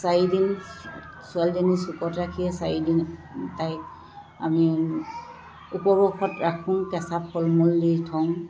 চাৰিদিন ছোৱালীজনী চুকত ৰাখিয়ে চাৰিদিন তাইক আমি ওপবাসে ৰাখোঁ কেঁচা ফল মূল দি থওঁ